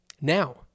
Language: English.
now